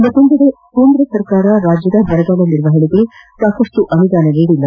ಮತ್ತೊಂದೆಡಕೇಂದ್ರ ಸರ್ಕಾರ ರಾಜ್ಞದ ಬರಗಾಲ ನಿರ್ವಹಣೆಗೆ ಸಾಕಷ್ಟು ಅನುದಾನ ನೀಡಿಲ್ಲ